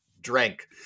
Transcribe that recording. drank